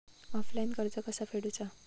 Offline कर्ज कसा फेडूचा?